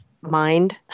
mind